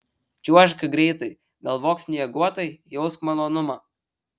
čiuožk greitai galvok snieguotai jausk malonumą